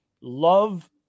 love